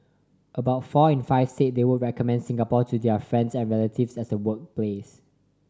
about four in five said they would recommend Singapore to their friends and relatives as a workplace